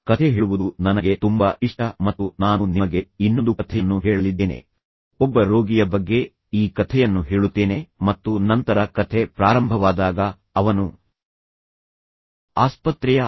ಕಥೆ ಹೇಳುವುದು ನನಗೆ ತುಂಬ ಇಷ್ಟ ಮತ್ತು ನಾನು ನಿಮಗೆ ಇನ್ನೊಂದು ಕಥೆಯನ್ನು ಹೇಳಲಿದ್ದೇನೆ ಒಬ್ಬ ರೋಗಿಯ ಬಗ್ಗೆ ಈ ಕಥೆಯನ್ನು ಹೇಳುತ್ತೇನೆ ಮತ್ತು ನಂತರ ಕಥೆ ಪ್ರಾರಂಭವಾದಾಗ ಅವನು ಆಸ್ಪತ್ರೆಯ ಐ